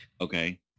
Okay